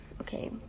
Okay